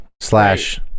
slash